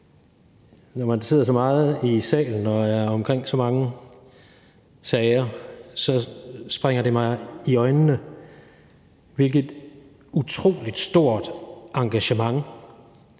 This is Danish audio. når man sidder så meget salen og er omkring så mange sager, springer det i øjnene, hvilket utrolig stort engagement